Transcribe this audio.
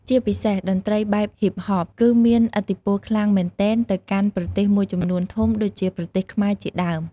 ជាពិសេសតន្រ្តីបែបហ៊ីបហបគឺមានឥទ្ធិពលខ្លាំងមែនទែនទៅកាន់ប្រទេសមួយចំនួនធំដូចជាប្រទេសខ្មែរជាដើម។